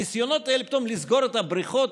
הניסיונות האלה פתאום לסגור את הבריכות